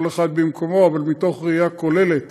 כל אחד במקומו, אך מתוך ראייה כוללת